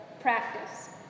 practice